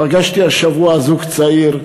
פגשתי השבוע זוג צעיר,